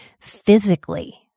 physically